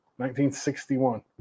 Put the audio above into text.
1961